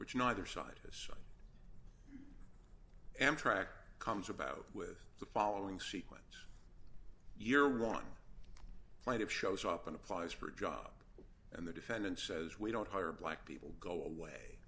which neither side has amtrak comes about with the following sequence year one plate of shows up in applies for a job and the defendant says we don't hire black people go away